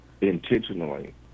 intentionally